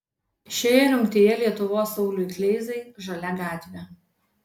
šioje rungtyje lietuvoje sauliui kleizai žalia gatvė